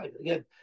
Again